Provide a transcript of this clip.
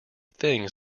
things